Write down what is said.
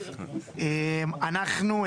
אנחנו,